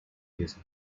use